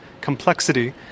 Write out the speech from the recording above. complexity